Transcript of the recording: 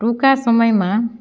ટૂંકા સમયમાં